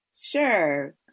Sure